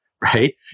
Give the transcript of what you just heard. right